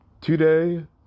today